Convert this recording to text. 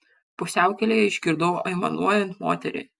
pusiaukelėje išgirdau aimanuojant moterį